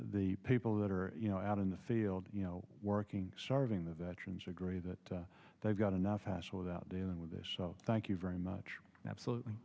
the people that are you know out in the field you know working starving the veterans agree that they've got enough hassle without dealing with this so thank you very much absolutely